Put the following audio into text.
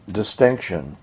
distinction